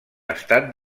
estat